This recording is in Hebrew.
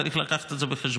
צריך לקחת את זה בחשבון,